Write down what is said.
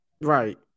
Right